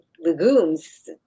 legumes